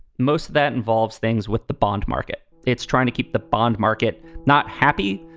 most of that involves things with the bond market it's trying to keep the bond market not happy,